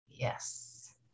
Yes